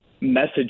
message